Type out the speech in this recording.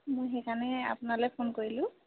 মই সেইকাৰণে আপোনালৈ ফোন কৰিলোঁ